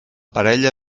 parella